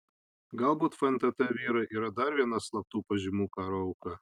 galbūt fntt vyrai yra dar viena slaptų pažymų karo auka